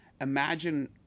Imagine